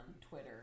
Twitter